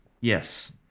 Yes